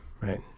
Right